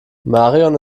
marion